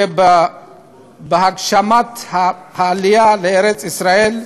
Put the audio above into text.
שבהגשמת העלייה לארץ-ישראל,